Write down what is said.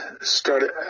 started